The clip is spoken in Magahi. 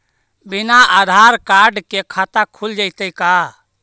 बिना आधार कार्ड के खाता खुल जइतै का?